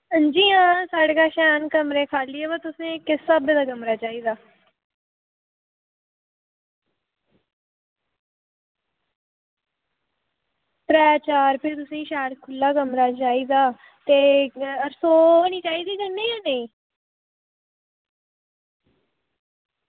अंजी आं साढ़े कश हैन कमरे खाल्ली बाऽ तुसें ई किस स्हाबै दा कमरा चाहिदा त्रैऽ चार भी तुसें ई खुल्ला कमरा चाहिदा ते अच्छा रसोऽ बी चाहिदी कन्नै जां नेईं